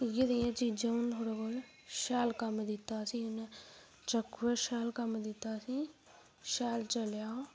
ते इयैं नेईं चीजां होन तुंदै कोल शैल कम्म दित्ता ओस असैं गी चाकुऐ शैल कम्म दित्ता ओस असैं गी शैल चलेआ ओह्